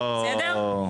בסדר?